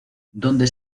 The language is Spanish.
donde